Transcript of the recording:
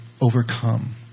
overcome